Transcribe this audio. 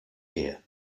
here